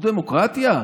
זו דמוקרטיה.